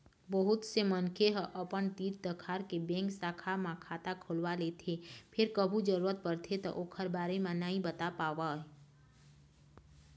बहुत से मनखे ह अपन तीर तखार के बेंक शाखा म खाता खोलवा लेथे फेर कभू जरूरत परथे त ओखर बारे म नइ बता पावय